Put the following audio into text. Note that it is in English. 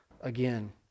again